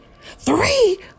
Three